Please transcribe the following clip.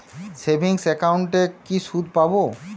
Savings একাউন্টে কি সুদ পাব?